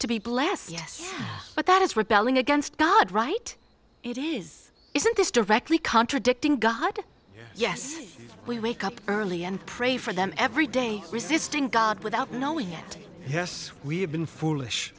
to be blessed yes but that is rebelling against god right it is isn't this directly contradicting god yes we wake up early and pray for them every day resisting god without knowing that yes we have been foolish